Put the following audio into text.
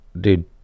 dude